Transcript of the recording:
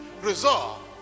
resolve